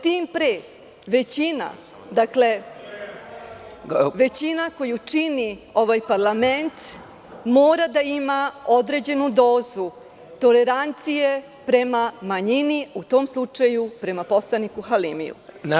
Tim pre, većina koju čini ovaj parlament mora da ima određenu dozu tolerancije prema manjini, u tom slučaju prema poslaniku Halimiju.